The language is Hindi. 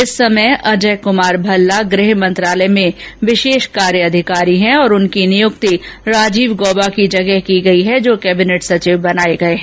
इस समय अजय कमार भल्ला गृह मंत्रालय में विशेष कार्य अधिकारी हैं और उनकी नियुक्ति राजीव गाबा की जगह की गई है जो कैबिनेट सचिव बनाये गये हैं